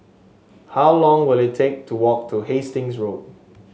how long will it take to walk to Hastings Road